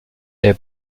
der